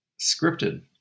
scripted